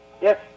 Yes